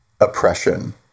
oppression